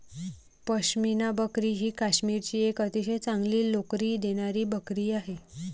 पश्मिना बकरी ही काश्मीरची एक अतिशय चांगली लोकरी देणारी बकरी आहे